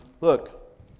look